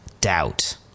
doubt